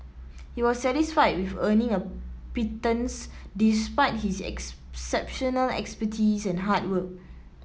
he was satisfied with earning a pittance despite his exceptional expertise and hard work